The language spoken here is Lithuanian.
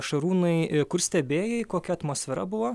šarūnai kur stebėjai kokia atmosfera buvo